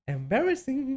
Embarrassing